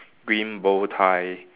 green bow tie